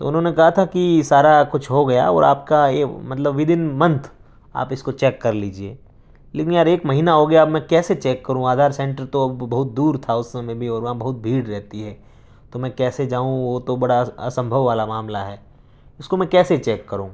تو انہوں نے کہا تھا کہ سارا کچھ ہو گیا اور آپ کا یہ مطلب ود ان منتھ آپ اس کو چیک کر لیجیے لیکن یار ایک مہینہ ہو گیا اب میں کیسے چیک کروں آدھار سینٹر تو اب بہت دور تھا اس سمے بھی اور وہاں بہت بھیڑ رہتی ہے تو میں کیسے جاؤں وہ تو بڑا اسمبھو والا معاملہ ہے اس کو میں کیسے چیک کروں